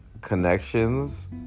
connections